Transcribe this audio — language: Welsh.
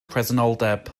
presenoldeb